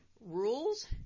rules